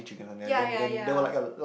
ya ya ya